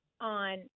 on